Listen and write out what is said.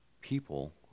people